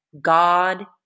God